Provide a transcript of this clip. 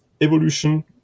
evolution